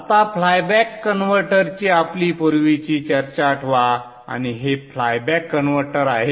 आता फ्लायबॅक कन्व्हर्टरची आपली पूर्वीची चर्चा आठवा आणि हे फ्लायबॅक कन्व्हर्टर आहे